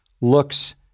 looks